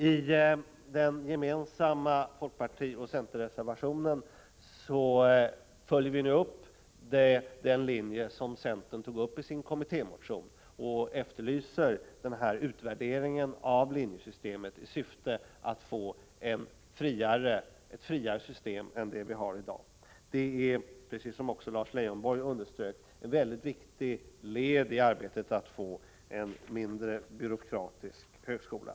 I den gemensamma folkpartioch centerreservationen följer vi nu upp den linje som centern uttalade sig för i sin kommittémotion och efterlyser en utvärdering av linjesystemet i syfte att få ett friare system än det vi har i dag. Det är, precis som också Lars Leijonborg underströk, ett mycket viktigt led i arbetet på att få en mindre byråkratisk högskola.